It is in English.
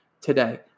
today